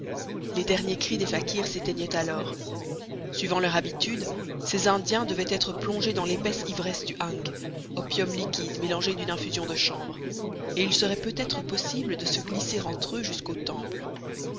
les derniers cris des fakirs s'éteignaient alors suivant leur habitude ces indiens devaient être plongés dans l'épaisse ivresse du hang opium liquide mélangé d'une infusion de chanvre et il serait peut-être possible de se glisser entre eux jusqu'au temple